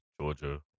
Georgia